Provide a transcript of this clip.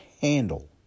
handle